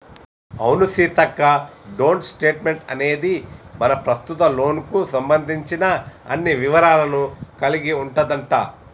అవును సీతక్క డోంట్ స్టేట్మెంట్ అనేది మన ప్రస్తుత లోన్ కు సంబంధించిన అన్ని వివరాలను కలిగి ఉంటదంట